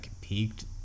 peaked